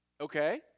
Okay